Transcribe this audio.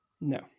No